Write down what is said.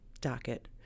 docket